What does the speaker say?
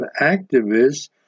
activists